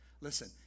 Listen